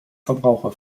verbraucher